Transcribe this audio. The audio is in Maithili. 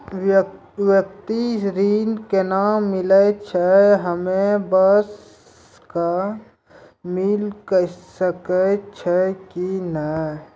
व्यक्तिगत ऋण केना मिलै छै, हम्मे सब कऽ मिल सकै छै कि नै?